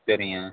சரிங்க